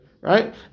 right